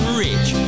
rich